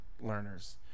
learners